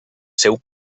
seu